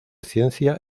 ciencia